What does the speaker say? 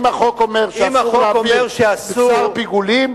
אם החוק אומר שאסור להביא בשר פיגולים,